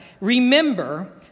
Remember